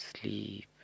sleep